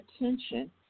attention